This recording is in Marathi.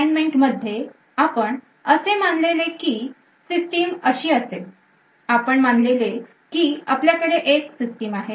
Confinement मध्ये आपण असे मानलेले की सिस्टीम अशी असेल आपण मानलेले की आपल्याकडे एक सिस्टीम आहे